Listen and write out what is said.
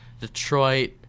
Detroit